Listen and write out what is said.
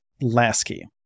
Lasky